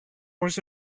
was